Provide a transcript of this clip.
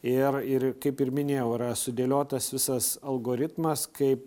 ir ir kaip ir minėjau yra sudėliotas visas algoritmas kaip